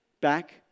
Back